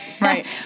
Right